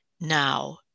now